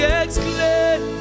exclaim